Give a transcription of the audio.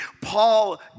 Paul